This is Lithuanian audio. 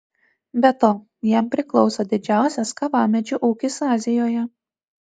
be to jam priklauso didžiausias kavamedžių ūkis azijoje